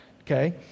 Okay